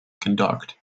conduct